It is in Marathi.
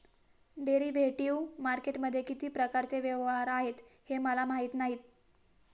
डेरिव्हेटिव्ह मार्केटमध्ये किती प्रकारचे व्यवहार आहेत हे मला माहीत नाही